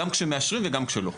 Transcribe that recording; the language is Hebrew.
גם כשמאשרים וגם כשלא.